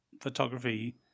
photography